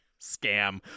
scam